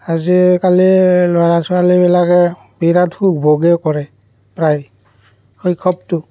আজিকালি ল'ৰা ছোৱালীবিলাকে বিৰাট সুখ ভোগেই কৰে প্ৰায় শৈশৱটো